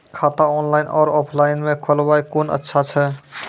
खाता ऑनलाइन और ऑफलाइन म खोलवाय कुन अच्छा छै?